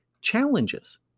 challenges